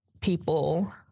people